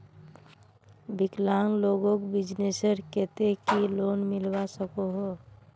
विकलांग लोगोक बिजनेसर केते की लोन मिलवा सकोहो?